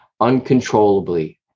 uncontrollably